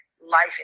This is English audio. life